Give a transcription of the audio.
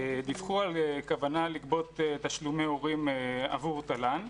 דיווחו על כוונה לגבות תשלומי הורים עבור תל"ן.